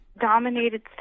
dominated